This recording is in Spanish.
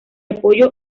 apoyo